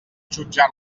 jutjar